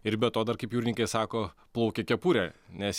ir be to dar kaip jūrininkai sako plaukia kepurė nes